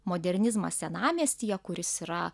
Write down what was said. modernizmas senamiestyje kuris yra